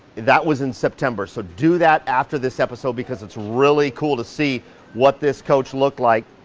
that was in september. so do that after this episode because it's really cool to see what this coach looked like.